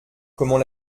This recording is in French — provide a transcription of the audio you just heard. comment